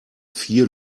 vier